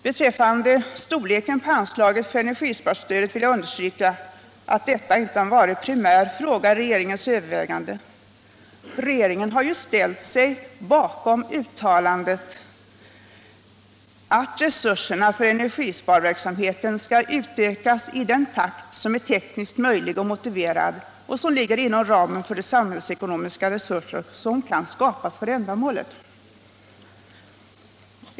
Beträffande storleken på anslaget för energisparstödet vill jag understryka att detta inte har varit en primär fråga vid regeringens övervägande. Regeringen har ju ställt sig bakom uttalandet, att resurserna för energisparverksamheten skall utökas i den takt som är tekniskt möjlig och motiverad och som ligger inom ramen för de samhällsekonomiska resurser som kan skapas för ändamålet.